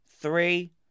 Three